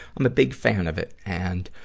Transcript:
i'm a big fan of it. and,